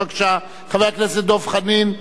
בבקשה, חבר הכנסת דב חנין,